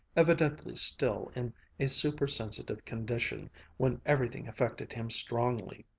evidently still in a super-sensitive condition when everything affected him strongly.